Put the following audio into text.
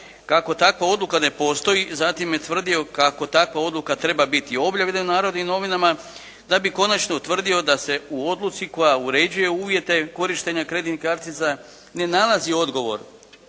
kako takva odluka ne postoji. Zatim je tvrdio kako takva odluka treba biti objavljena u "Narodnim novinama", da bi konačno utvrdio da se u odluci koja uređuje uvjete korištenja kreditnih kartica ne nalazi odgovor